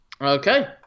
Okay